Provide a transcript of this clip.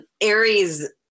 Aries